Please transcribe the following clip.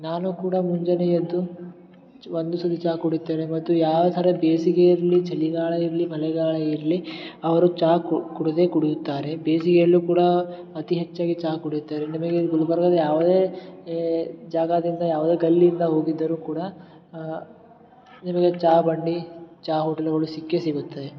ನಾನು ಕೂಡ ಮುಂಜಾನೆ ಎದ್ದು ಒಂದು ಸತಿ ಚಹಾ ಕುಡಿತ್ತೇನೆ ಮತ್ತು ಯಾವ ಥರ ಬೇಸಿಗೆಯಲ್ಲೂ ಚಳಿಗಾಲ ಇರಲಿ ಮಳೆಗಾಲ ಇರಲಿ ಅವರು ಚಹಾ ಕುಡಿದೇ ಕುಡಿಯುತ್ತಾರೆ ಬೇಸಿಗೆಯಲ್ಲೂ ಕೂಡ ಅತಿ ಹೆಚ್ಚಾಗಿ ಚಹಾ ಕುಡಿಯುತ್ತಾರೆ ನಿಮಗೆ ಗುಲ್ಬರ್ಗದ ಯಾವುದೇ ಜಾಗದಿಂದ ಯಾವುದೇ ಗಲ್ಲಿಯಿಂದ ಹೋಗಿದ್ದರೂ ಕೂಡ ನಿಮಗೆ ಚಹಾ ಬಂಡಿ ಚಹಾ ಹೋಟೆಲ್ಗಳು ಸಿಕ್ಕೇ ಸಿಗುತ್ತವೆ